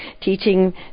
teaching